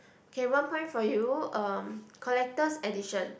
okay one point for you uh collector's edition